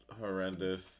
horrendous